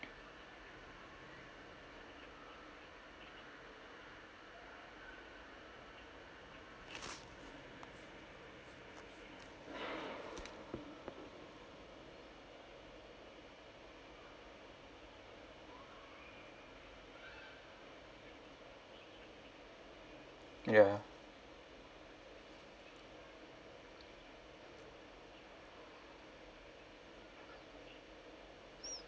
ya